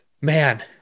Man